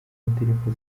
ndirimbo